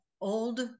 old